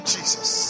Jesus